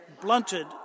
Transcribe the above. blunted